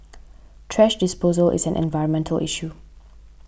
thrash disposal is an environmental issue